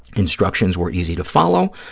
instructions were easy to follow,